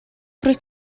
rwyt